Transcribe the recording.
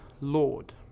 lord